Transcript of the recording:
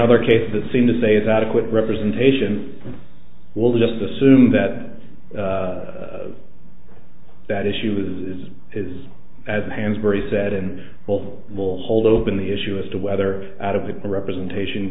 another case the seem to say is adequate representation will just assume that that issue is is is as hans very said and will will hold open the issue as to whether out of the representation